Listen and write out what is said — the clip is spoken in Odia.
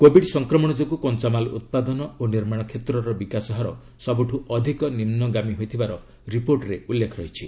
କୋବିଡ୍ ସଂକ୍ରମଣ ଯୋଗୁଁ କଞ୍ଚାମାଲ୍ ଉତ୍ପାଦନ ଓ ନିର୍ମାଣ କ୍ଷେତ୍ରର ବିକାଶ ହାର ସବୁଠୁ ଅଧିକ ନିମ୍ବଗାମୀ ହୋଇଥିବାର ରିପୋର୍ଟରେ ଉଲ୍ଲେଖ ରହିଛି